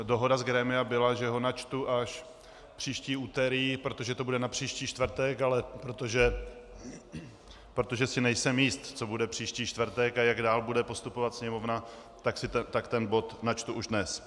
Dohoda z grémia byla, že ho načtu až příští úterý, protože to bude na příští čtvrtek, ale protože si nejsem jist, co bude příští čtvrtek a jak dál bude postupovat Sněmovna, tak ten bod načtu už dnes.